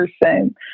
person